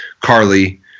Carly